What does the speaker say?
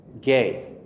gay